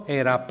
era